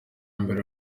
mbere